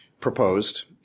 proposed